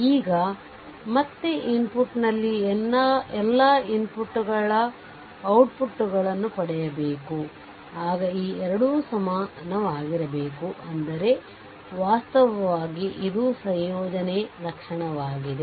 ಈಗ ಮತ್ತೆ ಇನ್ಪುಟ್ನಲ್ಲಿ ಎಲ್ಲಾ ಇನ್ಪುಟ್ಗಳ ಔಟ್ಪುಟ್ನ್ನು ಪಡೆಯಬೇಕು ಆಗ ಈ 2 ಸಮಾನವಾಗಿರಬೇಕು ಅಂದರೆ ವಾಸ್ತವವಾಗಿ ಇದು ಸಂಯೋಜನೆ ಲಕ್ಷಣವಾಗಿದೆ